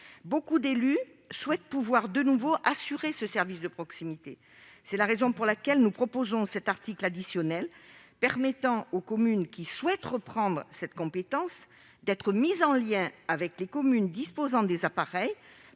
beaucoup d'élus souhaitent pouvoir de nouveau assurer ce service de proximité. C'est la raison pour laquelle nous proposons cet article additionnel permettant aux communes qui souhaitent reprendre cette compétence d'être mises en relation avec les communes qui disposent d'appareils